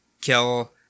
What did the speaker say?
kill